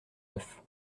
neuf